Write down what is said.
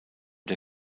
der